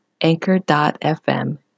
anchor.fm